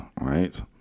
right